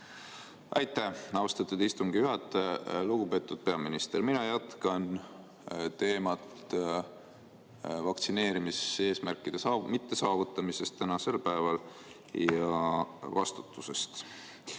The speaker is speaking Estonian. Aitäh, austatud istungi juhataja! Lugupeetud peaminister! Mina jätkan teemat "Vaktsineerimiseesmärkide mittesaavutamine tänaseks päevaks ja vastutus".